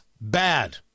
bad